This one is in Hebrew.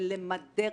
זה למדר,